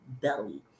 belly